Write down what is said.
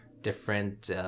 different